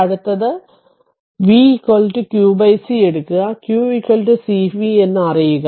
അടുത്തത് ആ v q c എടുക്കുക q c v എന്ന് അറിയുക